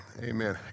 Amen